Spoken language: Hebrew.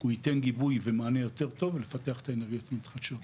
הוא ייתן גיבוי ומענה יותר טוב לפתח את האנרגיות המתחדשות.